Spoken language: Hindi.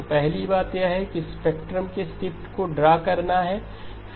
तो पहली बात यह है कि स्पेक्ट्रम के शिफ्ट को ड्रा करना है